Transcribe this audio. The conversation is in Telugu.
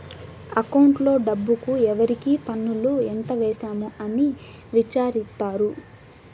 అకౌంట్లో డబ్బుకు ఎవరికి పన్నులు ఎంత వేసాము అని విచారిత్తారు